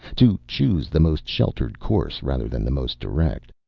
to choose the most sheltered course rather than the most direct.